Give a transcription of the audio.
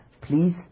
please